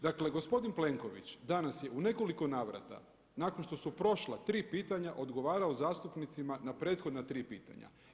Dakle gospodin Plenković danas je u nekoliko navrata nakon što su prošla tri pitanja odgovarao zastupnicima na prethodna tri pitanja.